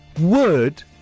word